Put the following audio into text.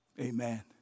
Amen